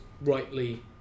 rightly